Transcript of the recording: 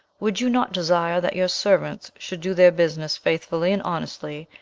would you not desire that your servants should do their business faithfully and honestly,